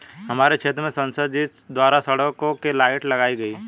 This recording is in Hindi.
हमारे क्षेत्र में संसद जी द्वारा सड़कों के लाइट लगाई गई